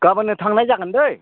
गाबोननो थांनाय जागोन दै